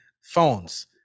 phones